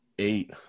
eight